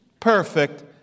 Perfect